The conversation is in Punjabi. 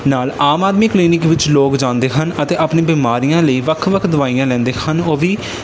ਨਾਲ ਆਮ ਆਦਮੀ ਕਲੀਨਿਕ ਵਿੱਚ ਲੋਕ ਜਾਂਦੇ ਹਨ ਅਤੇ ਆਪਣੀ ਬਿਮਾਰੀਆਂ ਲਈ ਵੱਖ ਵੱਖ ਦਵਾਈਆਂ ਲੈਂਦੇ ਹਨ ਉਹ ਵੀ